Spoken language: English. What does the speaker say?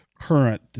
current